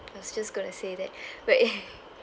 I was just gonna say that but